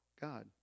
God